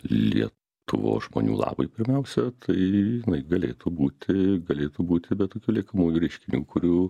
lietuvos žmonių labui pirmiausia tai jinai galėtų būti galėtų būti liekamųjų reiškinių kurių